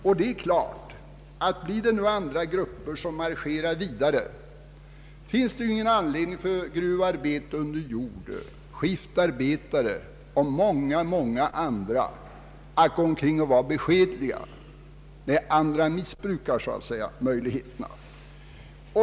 Och det är klart att om andra grupper marscherar vidare finns det ingen anledning för gruvarbetare under jord, skiftarbetare och många andra att vara beskedliga när somliga utnyttjar sina möjligheter.